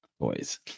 boys